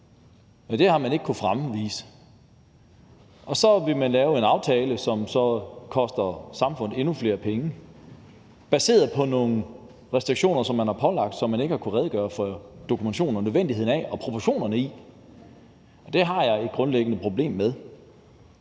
og det har man ikke kunnet fremvise, og så vil man lave en aftale, som koster samfundet endnu flere penge, baseret på nogle restriktioner, som man har pålagt, og som man ikke har kunnet redegøre for dokumentationen og nødvendigheden af og proportionerne i, og det har jeg grundlæggende et problem med.